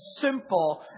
simple